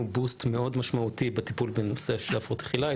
boost משמעותי מאוד בטיפול בנושא הפרעות אכילה.